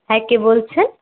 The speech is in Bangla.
হ্যাঁ কে বলছেন